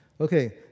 Okay